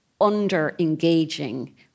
under-engaging